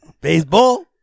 Baseball